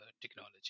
technology